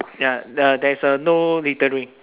ya uh there's a no littering